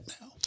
now